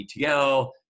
ETL